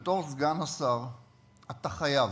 שבתור סגן השר אתה חייב,